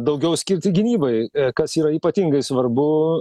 daugiau skirti gynybai kas yra ypatingai svarbu